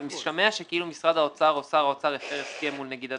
משתמע כאילו ששר האוצר או משרד האוצר הפרו הסכם מול נגידת